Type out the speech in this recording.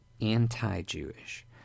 anti-Jewish